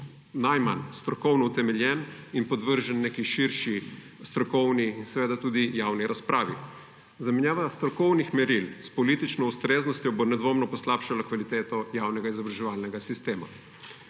najmanj strokovno utemeljen in podvržen neki širši strokovni in tudi javni razpravi. Zamenjava strokovnih meril s politično ustreznostjo bo nedvomno poslabšala kvaliteto javnega izobraževalnega sistema.